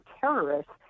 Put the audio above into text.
terrorists